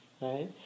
right